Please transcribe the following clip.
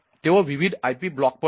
તેઓ વિવિધ IP block પર છે